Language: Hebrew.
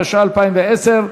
התשע"א 2010,